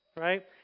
Right